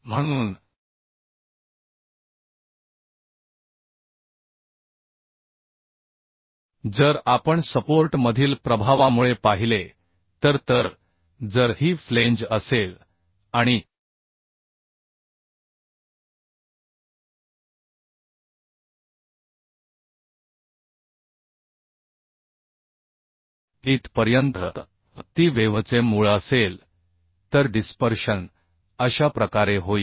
म्हणून जर आपण सपोर्ट मधील प्रभावामुळे पाहिले तर तर जर ही फ्लेंज असेल आणि इथपर्यंत ती वेव्हचे मूळ असेल तर डिस्पर्शन अशा प्रकारे होईल